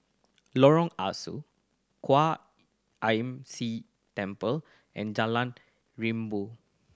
Lorong Ah Soo Kwan Imm See Temple and Jalan Rimau